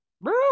bro